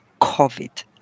COVID